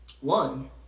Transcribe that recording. One